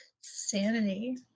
Sanity